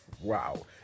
wow